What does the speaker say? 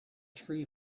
tree